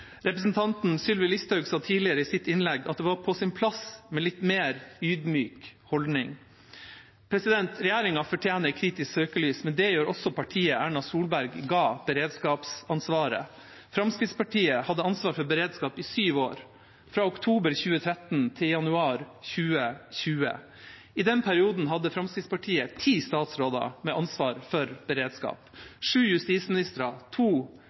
Representanten Sylvi Listhaug sa tidligere i sitt innlegg at det var på sin plass med litt mer ydmyk holdning. Regjeringa fortjener kritisk søkelys, men det fortjener også partiet Erna Solberg ga beredskapsansvaret. Fremskrittspartiet hadde ansvar for beredskap i sju år, fra oktober 2013 til januar 2020. I den perioden hadde Fremskrittspartiet ti statsråder med ansvar for beredskap – sju justisministre, to